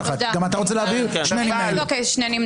נפל.